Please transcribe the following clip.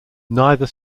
neither